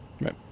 Right